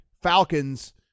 Falcons